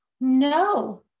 no